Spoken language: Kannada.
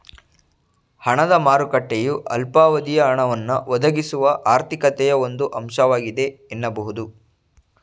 ಹಣದ ಮಾರುಕಟ್ಟೆಯು ಅಲ್ಪಾವಧಿಯ ಹಣವನ್ನ ಒದಗಿಸುವ ಆರ್ಥಿಕತೆಯ ಒಂದು ಅಂಶವಾಗಿದೆ ಎನ್ನಬಹುದು